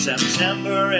September